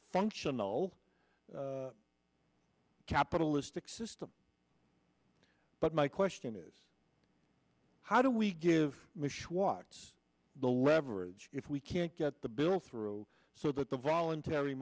functional capitalistic system but my question is how do we give me what the leverage if we can't get the bill through so that the voluntary